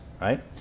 Right